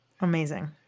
Amazing